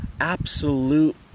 absolute